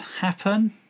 happen